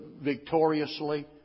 victoriously